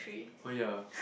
oh ya